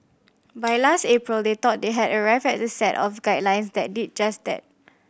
by last April they thought they had arrived at a set of guidelines that did just that